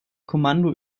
kommando